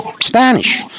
Spanish